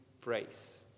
praise